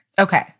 Okay